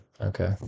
Okay